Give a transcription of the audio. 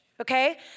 okay